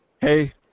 Hey